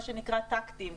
מה שנקרא טקטיים,